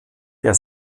der